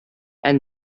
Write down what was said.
and